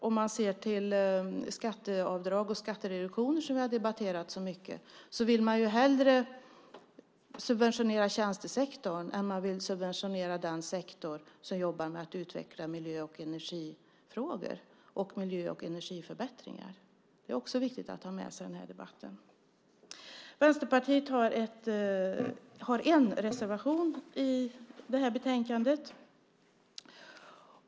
Om man ser till skatteavdrag och skattereduktioner, som vi har debatterat så mycket, vill man hellre subventionera tjänstesektorn än den sektor som jobbar med att utveckla miljö och energifrågor och miljö och energiförbättringar. Det är också viktigt att ha med sig i den här debatten. Vänsterpartiet har en reservation i det här betänkandet.